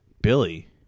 Billy